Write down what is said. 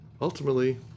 Ultimately